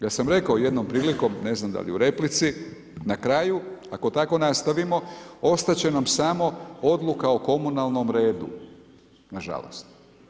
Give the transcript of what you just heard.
Ja sam rekao jednom prilikom ne znam da li u replici, na kraju ako tako nastavimo, ostat će nam samo odluka o komunalnom redu, nažalost.